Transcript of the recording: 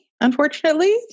unfortunately